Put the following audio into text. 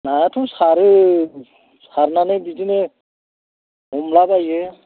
नायाथ' सारो सारनानै बिदिनो हमलाबायो